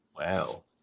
Wow